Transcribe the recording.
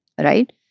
right